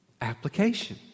application